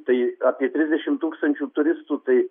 tai apie trisdešim tūkstančių turistų tai